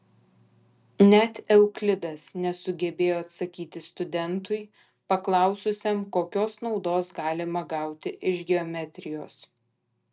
net euklidas nesugebėjo atsakyti studentui paklaususiam kokios naudos galima gauti iš geometrijos